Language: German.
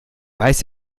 weiß